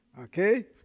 okay